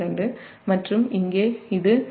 2 மற்றும் இங்கே இது 1 3 2 j0